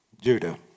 Judah